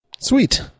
Sweet